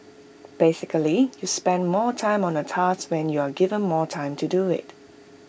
basically you spend more time on A task when you are given more time to do IT